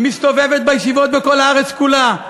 מסתובב בישיבות בכל הארץ כולה,